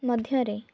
ମଧ୍ୟରେ